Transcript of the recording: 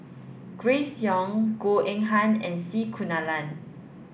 Grace Young Goh Eng Han and C Kunalan